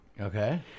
Okay